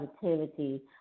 positivity